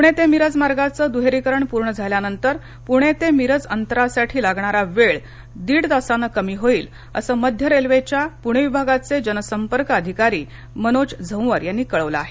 पुणे ते मिरज मार्गाचं दुहेरीकरण पूर्ण झाल्यानंतर पुणे ते मिरज अंतरासाठी लागणारा वेळ दीड तासाने कमी होईल असं मध्य रेल्वेच्या पुणे विभागाचे जनसंपर्क अधिकारी मनोज झंवर यांनी कळवले आहे